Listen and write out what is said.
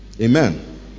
Amen